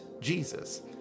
Jesus